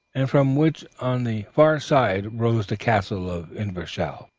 and from which on the far side rose the castle of inverashiel,